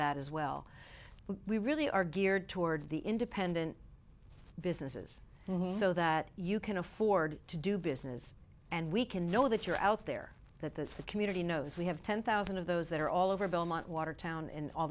that as well but we really are geared toward the independent businesses and so that you can afford to do business and we can know that you're out there that the community knows we have ten thousand of those that are all over belmont watertown and all